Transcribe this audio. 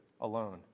alone